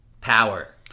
power